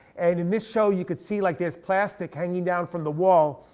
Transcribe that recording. and in this show you could see like there's plastic hanging down from the wall.